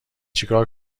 چیکار